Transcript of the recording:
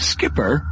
Skipper